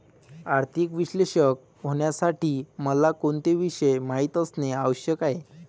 आर्थिक विश्लेषक होण्यासाठी मला कोणते विषय माहित असणे आवश्यक आहे?